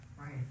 Right